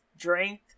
drank